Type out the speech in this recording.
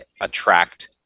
attract